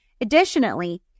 Additionally